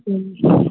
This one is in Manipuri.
ꯎꯝ